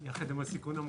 ביחד עם הסיכון המוגבר...